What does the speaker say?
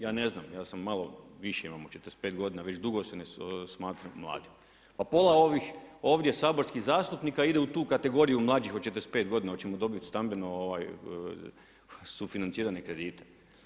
Ja ne znam ja sam malo više imam od 45 godina već dugo se ne smatram mladim, a pola ovdje ovih saborskih zastupnika ide u tu kategoriju mlađih od 45 godina, hoćemo dobiti stambeno sufinancirane kredite.